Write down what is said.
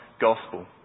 Gospel